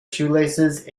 shoelaces